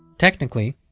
technically,